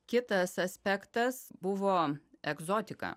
kitas aspektas buvo egzotika